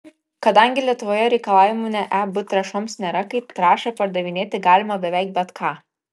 kadangi lietuvoje reikalavimų ne eb trąšoms nėra kaip trąšą pardavinėti galima beveik bet ką